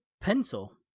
pencil